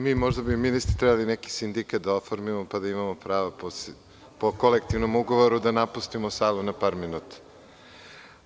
Možda bi i mi ministri trebali neki sindikat da oformimo, pa da imamo pravo po kolektivnom ugovoru da napustimo salu na par minuta.